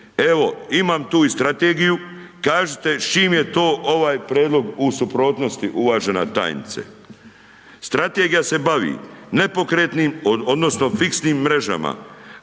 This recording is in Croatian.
Evo, imam tu i strategiju, kažite s čim je to ovaj prijedlog u suprotnosti, uvažena tajnice. Strategija se bavi nepokretnim odnosno fiksnim mrežama,